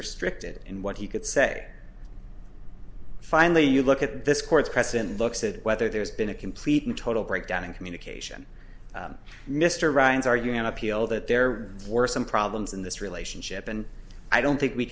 restricted in what he could say finally you look at this court's press and looks at whether there's been a complete and total breakdown in communication mr ryan's arguing on appeal that there were some problems in this relationship and i don't think we